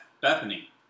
Bethany